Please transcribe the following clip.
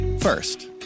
First